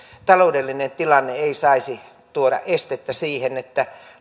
taloudellinen tilanne ei saisi tuoda estettä sille että